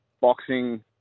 boxing